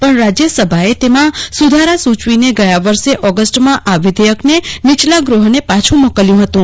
પણ રાજયસભાએ તેમાં સુધારા સૂચવીને ગયા વર્ષે ઓગસ્ટમાં આ વિધેયકને નિચલા ગ્રહને પાછૂં મોકલ્યું હતું